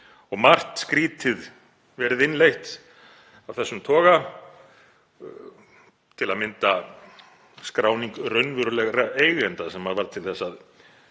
Margt skrýtið hefur verið innleitt af þessum toga, til að mynda skráning raunverulegra eigenda, sem varð til þess að